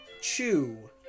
Chew